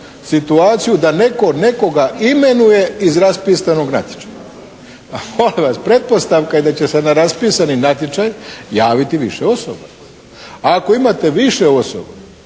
situaciju da netko nekoga imenuje iz raspisanog natječaja. Pa molim vas, pretpostavka je da će se na raspisani natječaj javiti više osoba, a ako imate više osoba